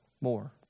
more